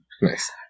nice